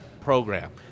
Program